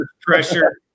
pressure